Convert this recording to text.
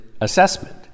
assessment